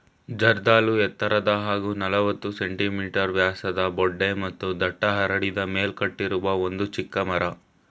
ಜರ್ದಾಳು ಎತ್ತರದ ಹಾಗೂ ನಲವತ್ತು ಸೆ.ಮೀ ವ್ಯಾಸದ ಬೊಡ್ಡೆ ಮತ್ತು ದಟ್ಟ ಹರಡಿದ ಮೇಲ್ಕಟ್ಟಿರುವ ಒಂದು ಚಿಕ್ಕ ಮರ